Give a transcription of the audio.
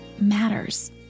matters